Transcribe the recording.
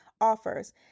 offers